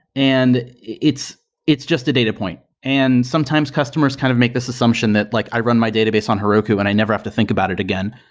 and it's it's just a data point. and sometimes customers kind of make this assumption that like, i run my database on heroku and i never have to think about it again,